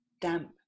damp